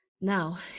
Now